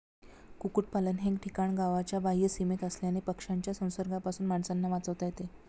कुक्पाकुटलन हे ठिकाण गावाच्या बाह्य सीमेत असल्याने पक्ष्यांच्या संसर्गापासून माणसांना वाचवता येते